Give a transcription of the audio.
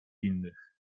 innych